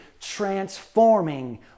transforming